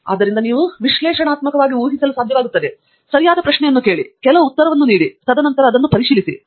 ಆದ್ದರಿಂದ ನೀವು ವಿಶ್ಲೇಷಣಾತ್ಮಕವಾಗಿ ಊಹಿಸಲು ಸಾಧ್ಯವಾಗುತ್ತದೆ ಸರಿಯಾದ ಪ್ರಶ್ನೆಯನ್ನು ಕೇಳಿ ಕೆಲವು ಉತ್ತರವನ್ನು ನೀಡಿ ತದನಂತರ ಅದನ್ನು ಪರಿಶೀಲಿಸಿ